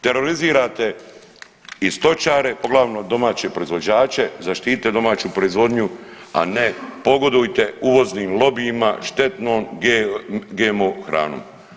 Terorizirate i stočare, poglavito domaće proizvođače, zaštitite domaću proizvodnju, a ne pogodujte uvoznim lobijima štetnom GMO hranom.